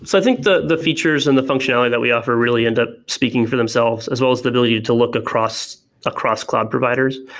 so think the the features and the functionality that we offer really end up speaking for themselves as well as the ability to look across across cloud providers.